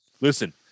Listen